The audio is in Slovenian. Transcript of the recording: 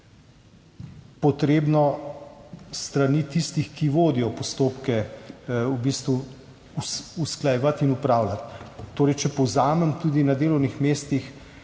potrebno s strani tistih, ki vodijo postopke, usklajevati in opravljati. Če povzamem. Tudi na delovnih mestih